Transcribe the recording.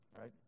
right